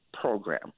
program